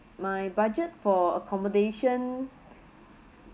my budget for accommodation